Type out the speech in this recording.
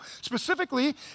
Specifically